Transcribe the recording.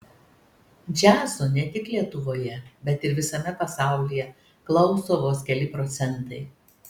džiazo ne tik lietuvoje bet visame pasaulyje klauso vos keli procentai